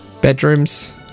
bedrooms